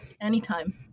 anytime